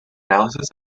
analysis